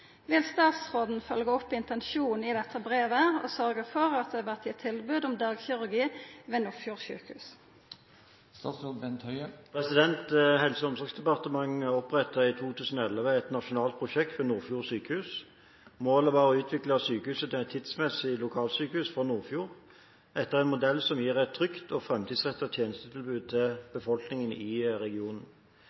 Vil statsråden følgja opp intensjonen i dette brevet og sørgja for at det vert gitt tilbod om dagkirurgi ved Nordfjord sjukehus?» Helse- og omsorgsdepartementet opprettet i 2011 et nasjonalt prosjekt ved Nordfjord sjukehus. Målet var å utvikle sykehuset til et tidsmessig lokalsykehus for Nordfjord etter en modell som gir et trygt og framtidsrettet tjenestetilbud til befolkningen i regionen.